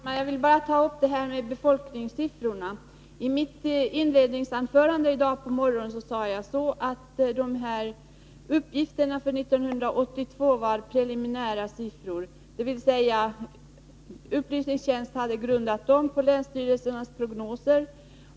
Herr talman! Jag skall bara ta upp frågan om befolkningssiffrorna. I mitt inledningsanförande på morgonen i dag sade jag att uppgifterna för 1982 var preliminära. Upplysningstjänsten hade grundat dem på länsstyrelsernas prognoser.